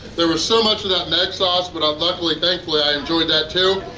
there was so much of that meg sauce, but um luckily, thankfully i enjoyed that too!